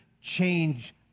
change